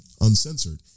uncensored